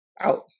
out